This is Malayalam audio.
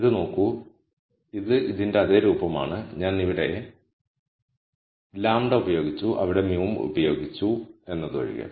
ഇത് നോക്കൂ ഇത് ഇതിന്റെ അതേ രൂപമാണ് ഞാൻ ഇവിടെ λ ഉപയോഗിച്ചു അവിടെ μ ഉം ഉപയോഗിച്ചു എന്നതൊഴികെ